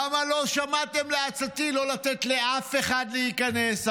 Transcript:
למה לא שמעתם לעצתי לא לתת לאף אחד להיכנס.